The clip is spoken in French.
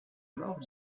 mort